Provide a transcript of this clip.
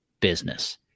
business